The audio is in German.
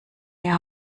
mir